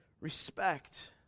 respect